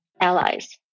allies